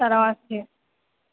তারাও আসছে